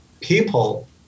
people